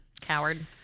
Coward